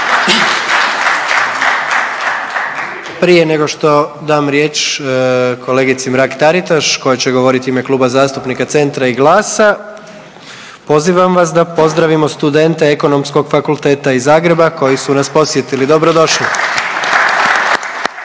Prije nego što dam riječ kolegici Mrak-Taritaš koja će govoriti u ime Kluba zastupnika Centra i GLAS-a, pozivam vas da pozdravimo studente Ekonomskog fakulteta iz Zagreba koji su nas posjetili. Dobrodošli.